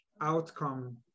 outcome